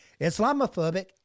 Islamophobic